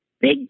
Big